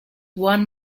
one